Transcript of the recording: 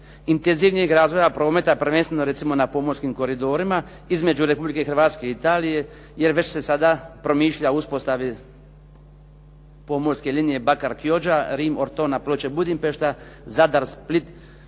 intenzivnijeg razvoja prometa. Prvenstveno recimo na pomorskim koridorima između Republike Hrvatske i Italije, jer već se sada promišlja o uspostavi pomorske linije Bakar-Chioggia, Rim-Ortona, Ploče-Budimpešta, Zadar-Split sa